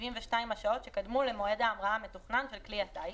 72 השעות שקדמו למועד ההמראה המתוכנן של כלי הטיס,